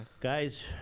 Guys